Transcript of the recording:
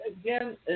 again